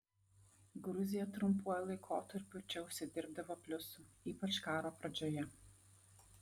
gruzija trumpuoju laikotarpiu čia užsidirbdavo pliusų ypač karo pradžioje